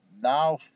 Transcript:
Now